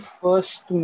first